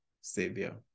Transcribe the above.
savior